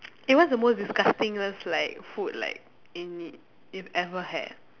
eh what's the most disgusting like food like in you've ever had